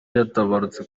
yaratabarutse